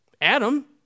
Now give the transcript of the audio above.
Adam